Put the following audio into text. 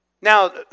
Now